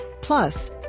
Plus